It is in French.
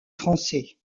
français